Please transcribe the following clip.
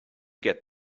get